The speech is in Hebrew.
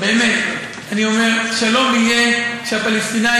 באמת: אני אומר ששלום יהיה כשהפלסטינים